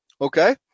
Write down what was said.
Okay